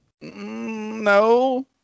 No